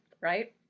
Right